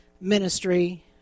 ministry